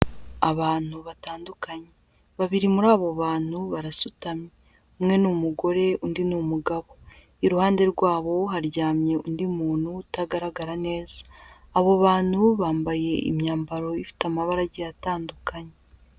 Abantu batandukanye, babiri muri abo bantu barasutamye, umwe ni umugore undi ni umugabo, iruhande rwabo haryamye undi muntu utagaragara neza, abo bantu bambaye imyambaro ifite amabara agiye atandukanye.